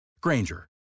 Granger